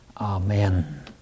Amen